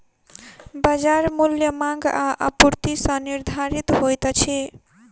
बजार मूल्य मांग आ आपूर्ति सॅ निर्धारित होइत अछि